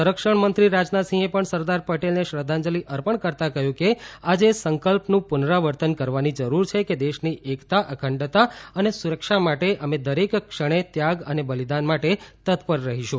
સંરક્ષણમંત્રી રાજનાથસિંહે પણ સરદાર પટેલને શ્રદ્ધાંજલિ અર્પણ કરતાં કહ્યું કે આજે એ સંકલ્પનું પુનરાવર્તન કરવાની જરૂર છે કે દેશની એકતા અખંડતા અને સુરક્ષા માટે અમે દરેક ક્ષણે ત્યાંગ અને બલિદાન માટે તત્પર રહીશું